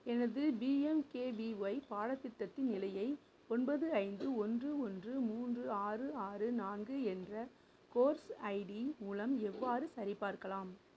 எனது பிஎம்கேவிஒய் பாடத்திட்டத்தின் நிலையை ஒன்பது ஐந்து ஒன்று ஒன்று மூன்று ஆறு ஆறு நான்கு என்ற கோர்ஸ் ஐடி மூலம் எவ்வாறு சரிபார்க்கலாம்